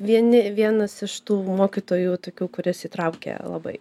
vieni vienas iš tų mokytojų tokių kuris įtraukia labai